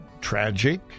tragic